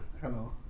Hello